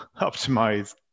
optimize